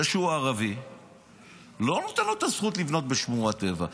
זה שהוא ערבי לא נותן לו את הזכות לבנות בשמורת טבע.